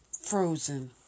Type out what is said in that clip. frozen